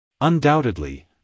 Undoubtedly